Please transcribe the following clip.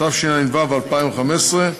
התשע"ו 2015,